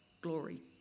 glory